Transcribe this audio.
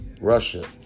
Russia